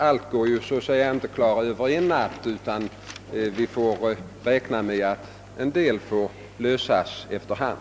Allt går emellertid inte att klara över en natt utan vissa problem får lösas efter hand.